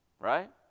Right